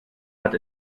hat